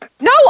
No